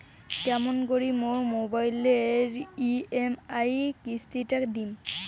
কেমন করি মোর মোবাইলের ই.এম.আই কিস্তি টা দিম?